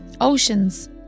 oceans